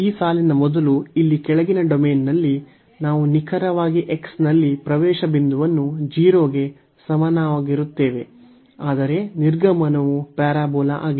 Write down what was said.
ಈ ಸಾಲಿನ ಮೊದಲು ಇಲ್ಲಿ ಕೆಳಗಿನ ಡೊಮೇನ್ನಲ್ಲಿ ನಾವು ನಿಖರವಾಗಿ x ನಲ್ಲಿ ಪ್ರವೇಶ ಬಿಂದುವನ್ನು 0 ಗೆ ಸಮನಾಗಿರುತ್ತೇವೆ ಆದರೆ ನಿರ್ಗಮನವು ಪ್ಯಾರಾಬೋಲಾ ಆಗಿದೆ